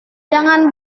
jangan